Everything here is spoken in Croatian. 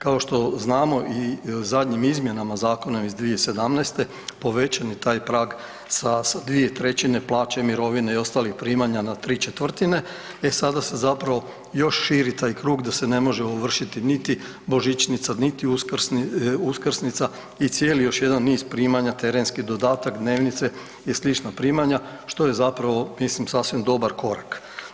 Kao što znamo i u zadnjim izmjenama zakona iz 2017. povećan je taj prag sa, sa 2/3 plaće, mirovine i ostalih primanja na ¾, e sada se zapravo još širi taj krug da se ne može ovršiti niti božičnica, niti uskrsnica i cijeli još jedan niz primanja terenskih dodatak, dnevnice i sl. primanja što je zapravo mislim sasvim dobar korak.